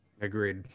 Agreed